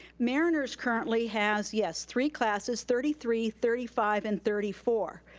mariners currently has, yes, three classes, thirty three, thirty five, and thirty four.